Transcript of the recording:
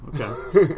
okay